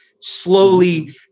slowly